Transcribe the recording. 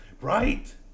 right